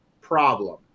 problem